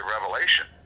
revelation